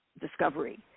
discovery